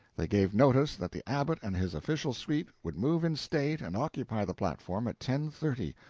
they gave notice that the abbot and his official suite would move in state and occupy the platform at ten thirty,